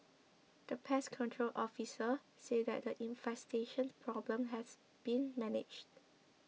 the pest control officer said that the infestation problem has been managed